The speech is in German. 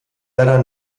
leider